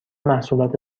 محصولات